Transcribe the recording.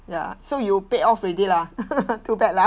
ya so you paid off already lah too bad lah